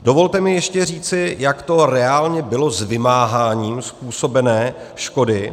Dovolte mi ještě říci, jak to reálně bylo s vymáháním způsobené škody.